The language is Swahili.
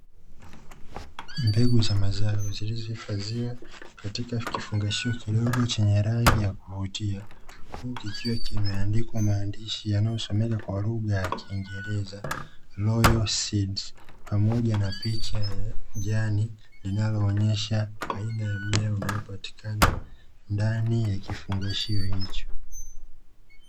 Mbegu za mazao zilizohifadhiwa katika kifungashio kidogo chenye rangi ya kuvutia, huku kikiwa kimeandikwa maandishi yanayosomeka kwa lugha ya kiingereza "royalseed" pamoja na picha ya jani linaloonyesha aina ya mmea unaopatikana ndani ya kifungashio hicho.